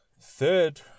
third